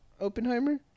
Oppenheimer